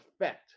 effect